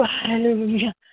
Hallelujah